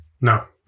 no